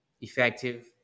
effective